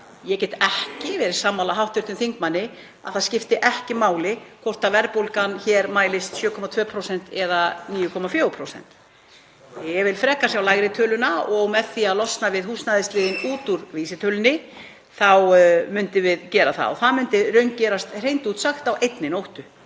Ég get ekki verið sammála hv. þingmanni að það skipti ekki máli hvort verðbólgan hér mælist 7,2% eða 9,4%. Ég vil frekar sjá lægri töluna og með því að losna við húsnæðisliðinn út úr vísitölunni þá munum við gera það og það myndi raungerast hreint út sagt á einni nóttu,